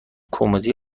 کمدی